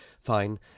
fine